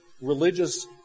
religious